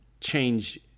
change